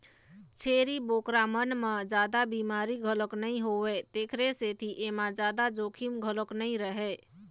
छेरी बोकरा मन म जादा बिमारी घलोक नइ होवय तेखर सेती एमा जादा जोखिम घलोक नइ रहय